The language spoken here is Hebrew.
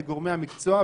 לגורמי המקצוע,